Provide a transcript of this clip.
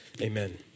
Amen